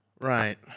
Right